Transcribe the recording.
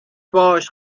باش